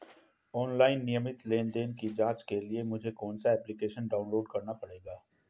Online नियमित लेनदेन की जांच के लिए मुझे कौनसा एप्लिकेशन डाउनलोड करना होगा?